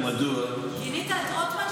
גינית את רוטמן,